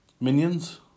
Minions